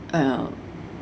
uh